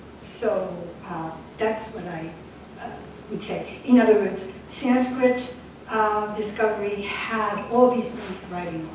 so that's what i would say. in other words, sanskrit discovery had all these things